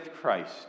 Christ